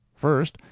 first,